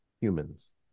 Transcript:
humans